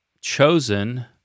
chosen